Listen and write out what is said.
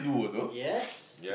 yes